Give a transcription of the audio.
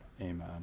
Amen